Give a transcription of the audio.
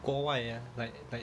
国外 ah like like